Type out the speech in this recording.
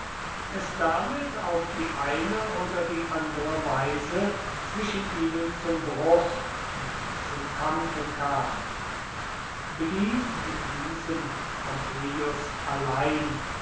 es damit auf die eine oder die andere weise zwischen ihnen zum bruch und zum kampfe kam blieb in diesem pompeius allein